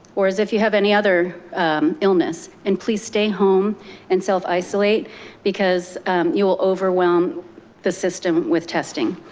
or as if you have any other illness. and please stay home and self isolate because you will overwhelm the system with testing.